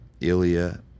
Ilya